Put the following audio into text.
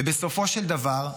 ובסופו של דבר,